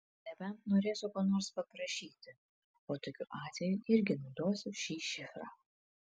nebent norėsiu ko nors paprašyti o tokiu atveju irgi naudosiu šį šifrą